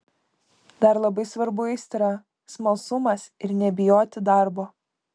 dar labai svarbu aistra smalsumas ir nebijoti darbo